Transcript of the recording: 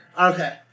okay